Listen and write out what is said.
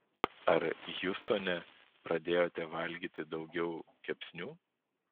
ar hjustone pradėjote valgyti daugiau kepsnių